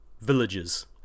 villages